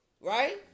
right